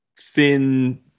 thin